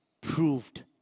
proved